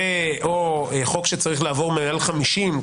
ו/או חוק שצריך לעבור מעל 50,